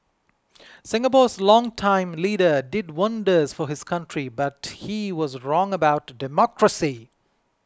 Singapore's longtime leader did wonders for his country but he was wrong about democracy